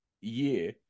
year